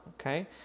okay